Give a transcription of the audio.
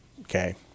okay